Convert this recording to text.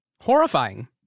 Horrifying